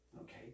okay